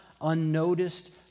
unnoticed